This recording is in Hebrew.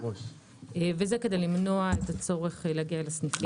זה כדי למנוע את הצורך להגיע לסניפים.